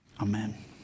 Amen